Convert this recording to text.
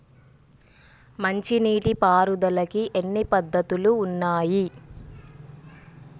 మంచి నీటి పారుదలకి ఎన్ని పద్దతులు ఉన్నాయి?